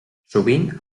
sovint